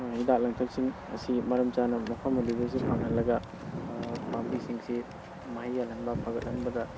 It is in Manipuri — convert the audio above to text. ꯍꯤꯗꯥꯛ ꯂꯥꯡꯊꯛꯁꯤꯡ ꯑꯁꯤ ꯃꯔꯝ ꯆꯥꯅ ꯃꯐꯝ ꯑꯗꯨꯗꯁꯨ ꯐꯪꯍꯜꯂꯒ ꯄꯥꯝꯕꯤꯁꯤꯡꯁꯤ ꯃꯍꯩ ꯌꯥꯜꯍꯟꯕ ꯐꯒꯠꯍꯟꯕꯗ